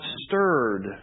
stirred